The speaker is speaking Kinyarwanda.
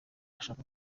ashaka